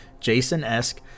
Jason-esque